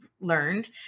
learned